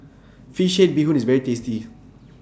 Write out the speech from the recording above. Fish Head Bee Hoon IS very tasty